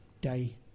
Day